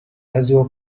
azwiho